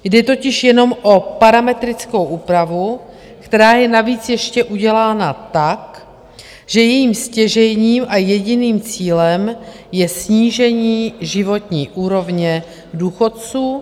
Jde totiž jenom o parametrickou úpravu, která je navíc ještě udělána tak, že jejím stěžejním a jediným cílem je snížení životní úrovně důchodců.